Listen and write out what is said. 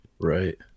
right